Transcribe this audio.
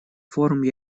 форум